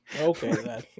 okay